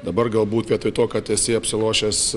dabar galbūt vietoj to kad esi apsiruošęs